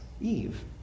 Eve